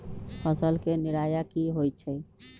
फसल के निराया की होइ छई?